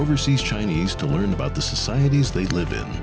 overseas chinese to learn about the societies they live in